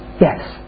Yes